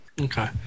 okay